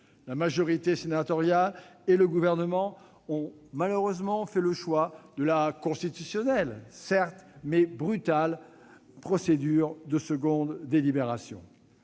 La majorité sénatoriale et le Gouvernement ont malheureusement fait le choix de la procédure, constitutionnelle certes, mais brutale, de la seconde délibération.